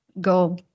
go